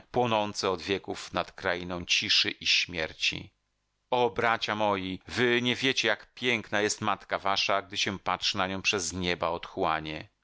płonące od wieków nad krainą ciszy i śmierci o bracia moi wy nie wiecie jak piękna jest matka wasza gdy się patrzy na nią przez nieba otchłanie